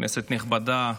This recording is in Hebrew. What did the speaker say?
כנסת נכבדה,